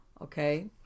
okay